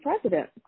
president